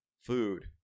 food